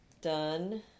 done